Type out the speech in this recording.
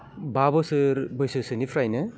बा बोसोर बैसोसोनिफ्रायनो